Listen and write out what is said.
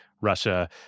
Russia